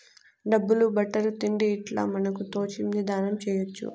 డబ్బులు బట్టలు తిండి ఇట్లా మనకు తోచింది దానం చేయొచ్చు